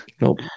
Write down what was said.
Nope